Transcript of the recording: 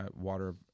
Water